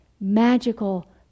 magical